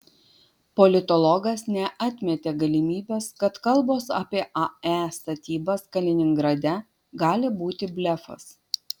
politologas neatmetė galimybės kad kalbos apie ae statybas kaliningrade gali būti blefas